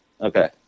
Okay